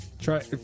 Try